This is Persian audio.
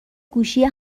گوشی